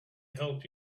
help